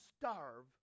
starve